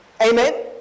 Amen